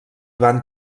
van